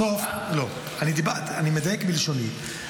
אני מדייק בלשוני.